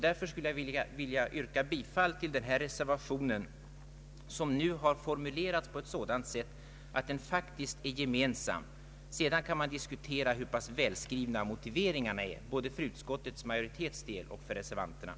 Därför skulle jag vilja yrka bifall till denna reservation, som nu har formulerats på ett sådant sätt att den faktiskt är gemensam. Sedan kan man diskutera hur pass välskrivna motiveringarna är, både utskottsmajoritetens och reservanternas.